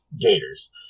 Gators